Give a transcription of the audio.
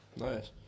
Nice